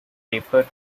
paper